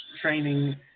training